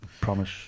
Promise